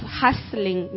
hustling